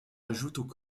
ajoutent